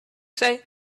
say